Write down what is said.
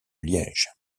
liège